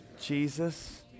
Jesus